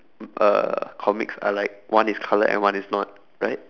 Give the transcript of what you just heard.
uh comics are like one is coloured and one is not right